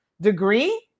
degree